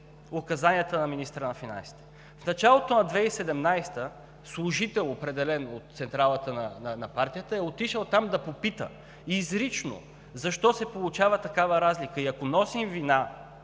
указанията на министъра на финансите. В началото на 2017 г. служител, определен от централата на партията, е отишъл там изрично да попита защо се получава такава разлика? И ако носим вина,